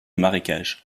marécages